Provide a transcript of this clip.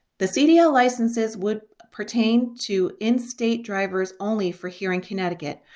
the cdl licenses would pertain to in-state drivers only for here in connecticut.